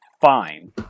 fine